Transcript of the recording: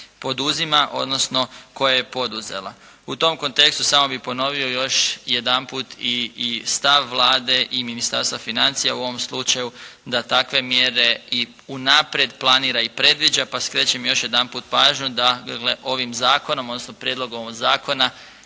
poduzima, odnosno koje je poduzela. U tom kontekstu samo bih ponovio još jedanput i stav Vlade i Ministarstva financija u ovom slučaju da takve mjere i u naprijed planira i predviđa pa skrećem još jedanput pažnju da je ovim zakonom, odnosno Prijedlogom ovog